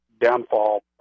downfall